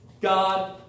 God